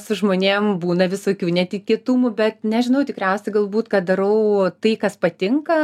su žmonėm būna visokių netikėtumų bet nežinau tikriausiai galbūt kad darau tai kas patinka